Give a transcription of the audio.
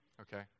Okay